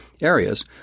areas